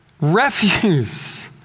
refuse